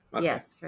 Yes